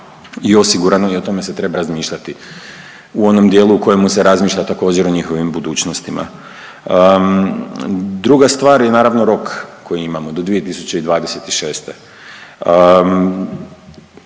i osigurano i o tome se treba razmišljati u onom dijelu u kojemu se razmišlja također o njihovim budućnostima. Druga stvar je naravno rok koji imamo do 2026..